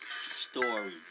stories